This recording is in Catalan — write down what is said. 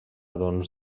doncs